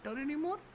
anymore